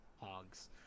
hogs